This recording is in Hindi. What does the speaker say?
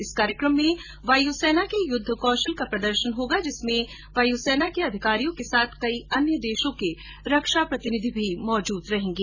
इस कार्यक्रम में वायु सेना के युद्ध कौशल का प्रदर्शन होगा जिसमें वायू सेना के अधिकारियों के साथ कई अन्य देशों के रक्षा प्रतिनिधि भी मौजूद रहेंगे